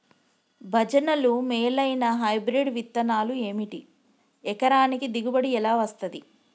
భజనలు మేలైనా హైబ్రిడ్ విత్తనాలు ఏమిటి? ఎకరానికి దిగుబడి ఎలా వస్తది?